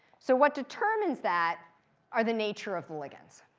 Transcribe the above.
so what determines that are the nature of ligands.